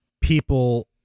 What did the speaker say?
people